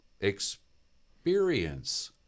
experience